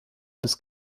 bis